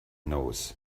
knows